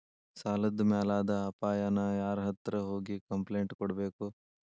ಸಾಲದ್ ಮ್ಯಾಲಾದ್ ಅಪಾಯಾನ ಯಾರ್ಹತ್ರ ಹೋಗಿ ಕ್ಂಪ್ಲೇನ್ಟ್ ಕೊಡ್ಬೇಕು?